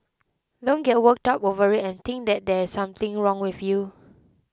don't get worked up over it and think that there is something wrong with you